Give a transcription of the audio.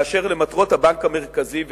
באשר למטרות הבנק המרכזי ותפקידיו.